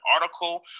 article